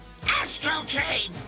Astrotrain